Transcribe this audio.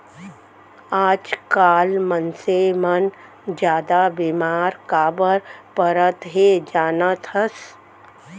आजकाल मनसे मन जादा बेमार काबर परत हें जानत हस?